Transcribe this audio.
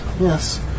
Yes